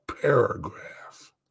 paragraph